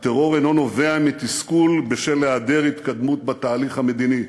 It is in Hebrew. הטרור אינו נובע מתסכול בשל היעדר התקדמות בתהליך המדיני,